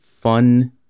fun